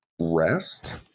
rest